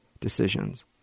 decisions